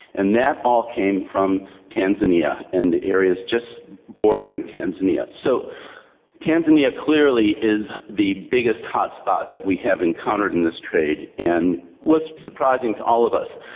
and that all came from tanzania and the areas just bordering tanzania. so tanzania clearly is the biggest hotspot that we have encountered in this trade. and it was surprising to all of us.